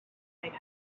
might